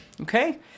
okay